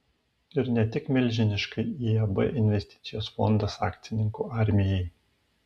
ir ne tik milžiniškai iab investicijos fondas akcininkų armijai